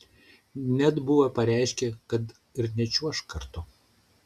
net buvo pareiškę kad ir nečiuoš kartu